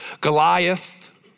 Goliath